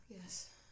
Yes